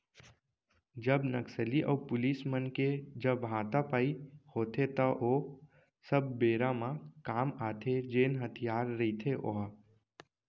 जब नक्सली अऊ पुलिस मन के जब हातापाई होथे त ओ सब बेरा म काम आथे जेन हथियार रहिथे ओहा